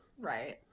Right